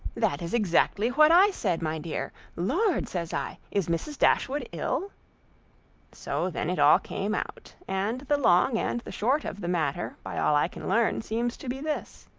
that is exactly what i said, my dear. lord! says i, is mrs. dashwood ill so then it all came out and the long and the short of the matter, by all i can learn, seems to be this.